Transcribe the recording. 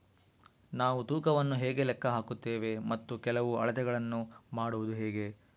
ನಾವು ತೂಕವನ್ನು ಹೇಗೆ ಲೆಕ್ಕ ಹಾಕುತ್ತೇವೆ ಮತ್ತು ಕೆಲವು ಅಳತೆಗಳನ್ನು ಮಾಡುವುದು ಹೇಗೆ?